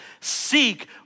seek